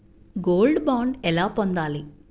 Gold bond ఎలా పొందాలి?